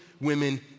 women